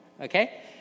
Okay